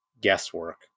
guesswork